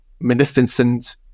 magnificent